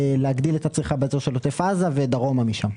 להגדיל את הצריכה באזור של עוטף עזה, ודרומה משם.